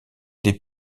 des